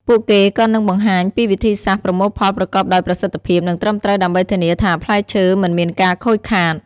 ពួកគេក៏នឹងបង្ហាញពីវិធីសាស្រ្តប្រមូលផលប្រកបដោយប្រសិទ្ធភាពនិងត្រឹមត្រូវដើម្បីធានាថាផ្លែឈើមិនមានការខូចខាត។